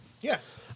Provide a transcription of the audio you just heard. Yes